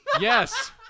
Yes